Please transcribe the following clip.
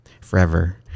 forever